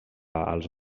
als